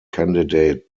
candidate